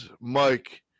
Mike